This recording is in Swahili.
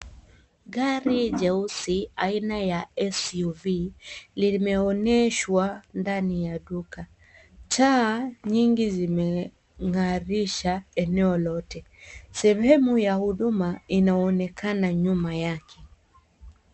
Gari jeusi aina ya s u v limeoneshwa ndani ya duka. Taa nyingi zimeng'arisha eneo lote. Sehemu ya huduma inaonekana nyuma yake.